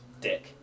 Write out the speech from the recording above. dick